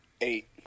Eight